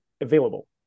available